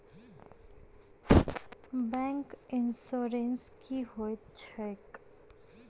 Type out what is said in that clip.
Bank insurance की होइत छैक?